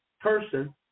person